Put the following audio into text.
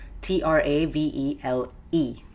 t-r-a-v-e-l-e